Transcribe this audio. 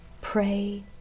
Pray